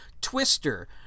Twister